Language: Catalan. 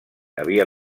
havia